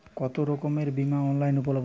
কতোরকমের বিমা অনলাইনে উপলব্ধ?